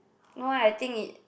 no I think it